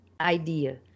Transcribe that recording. idea